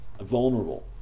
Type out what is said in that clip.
vulnerable